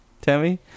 Tammy